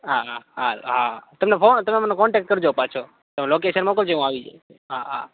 હા હા હા હા હા તમને ફોન તમે મને કોન્ટેક્ટ કરજો પાછો તમે લોકેશન મોકલજો હું આવી જઈશ હા હા